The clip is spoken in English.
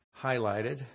highlighted